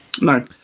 No